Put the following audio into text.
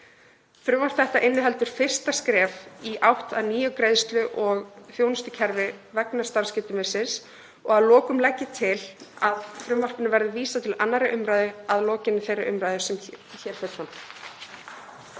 Frumvarp þetta inniheldur fyrsta skref í átt að nýju greiðslu- og þjónustukerfi vegna starfsgetumissis. Að lokum legg ég til að frumvarpinu verði vísað til 2. umr. að lokinni þeirri umræðu sem hér fer fram.